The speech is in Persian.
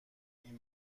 این